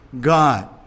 God